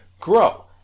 grow